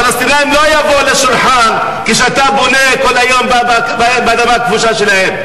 הפלסטינים לא יבואו לשולחן כשאתה בונה כל היום באדמה הכבושה שלהם.